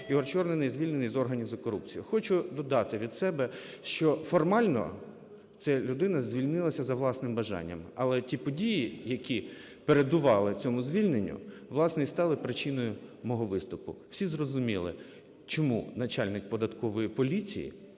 Ігор Чорний не звільнений з органів за корупцію". Хочу додати від себе, що формально ця людина звільнилась за власним бажанням. Але ті події, які передували цьому звільненню, власне, і стали причиною мого виступу. Всі зрозуміли, чому начальник податкової поліції